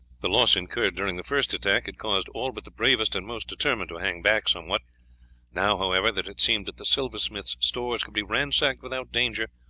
the loss incurred during the first attack had caused all but the bravest and most determined to hang back somewhat now, however, that it seemed that the silversmith's stores could be ransacked without danger,